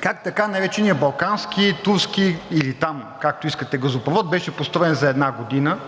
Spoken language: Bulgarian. как така нареченият Балкански, Турски или там, както искате, газопровод беше построен за една година